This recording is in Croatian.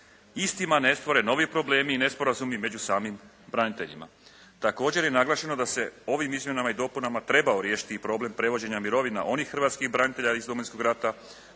istima ne stvore novi problemi i nesporazumi među samim braniteljima. Također je naglašeno da se ovim izmjenama i dopunama trebao riješiti i problem prevođenja mirovina onih hrvatskih branitelja iz Domovinskog rata